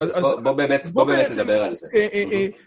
בוא באמת, בוא באמת לדבר על זה.